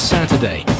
Saturday